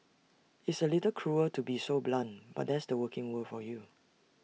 it's A little cruel to be so blunt but that's the working world for you